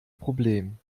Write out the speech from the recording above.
problem